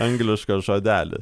anglišką žodelį